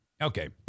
Okay